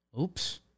Oops